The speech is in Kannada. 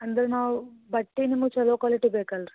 ಅಂದರೆ ನಾವು ಬಟ್ಟೆ ನಿಮ್ಗೆ ಛಲೋ ಕ್ವಾಲಿಟಿ ಬೇಕು ಅಲ್ಲ ರೀ